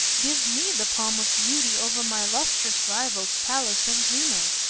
give me the palm of beauty over my illustrious rivals, pallas and juno.